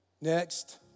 Next